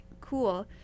Cool